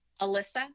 Alyssa